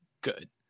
good